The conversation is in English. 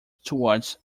towards